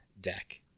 deck